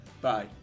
Bye